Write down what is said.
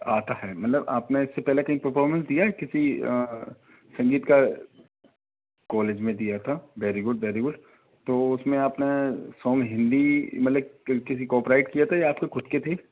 आता है मतलब आपने इससे पहले कहीं परफ़ॉरमंस दिया है किसी संगीत का कोलेज में दिया था भेरी गुड भेरी गुड तो उसमें आपने साँग हिंदी मतलब किसी कोपिराइट किया था या आपके खुद की थे